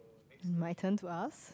my turn to ask